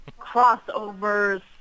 crossovers